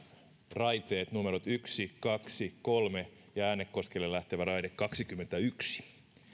raiteet yksi kaksi ja kolme ja äänekoskelle lähtevä raide kaksikymmentäyksi